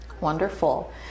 Wonderful